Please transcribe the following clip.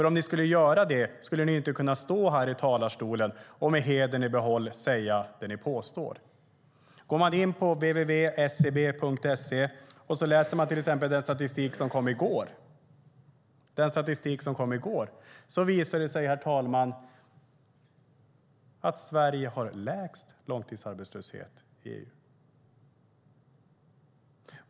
Om ni skulle göra det skulle ni nämligen inte kunna stå i talarstolen och med hedern i behåll påstå det ni gör. Går man in på www.scb.se och läser till exempel den statistik som kom i går visar det sig, herr talman, att Sverige har den lägsta långtidsarbetslösheten i EU.